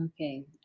Okay